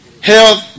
Health